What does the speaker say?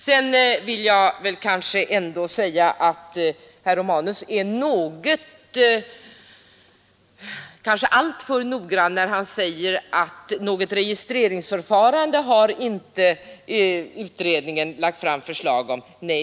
Sedan är kanske herr Romanus alltför noggrann, när han säger att utredningen inte har lagt fram förslag om något registreringsförfarande.